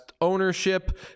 ownership